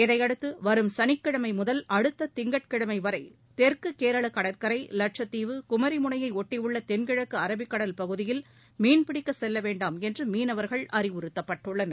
இதையடுத்து வரும் சனிக்கிழமை முதல் அடுத்த திங்கட்கிழமை வரை தெற்கு கேரள கடற்கரை வட்சத்தீவு குமரிமுனையை ஒட்டியுள்ள தென்கிழக்கு அரபிக் கடல் பகுதியில் மீன்பிடிக்க செல்ல வேண்டாம் என்று மீனவர்கள் அறிவுறுத்தப்பட்டுள்ளனர்